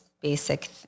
basic